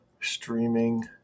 streaming